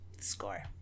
score